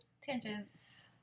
Tangents